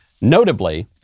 notably